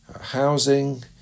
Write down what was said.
housing